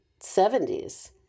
70s